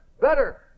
better